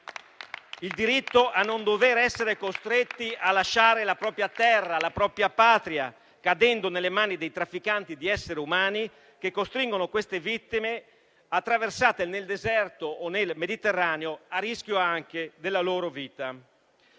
il diritto a non dover essere costretti a lasciare la propria terra e la propria patria, cadendo nelle mani dei trafficanti di esseri umani, che costringono queste vittime a traversate nel deserto o nel Mediterraneo, a rischio anche della loro vita.